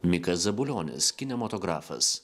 mikas zabulionis kinematografas